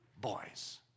boys